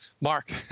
mark